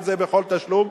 אם זה בכל תשלום,